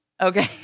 Okay